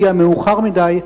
הגיע מאוחר מדי.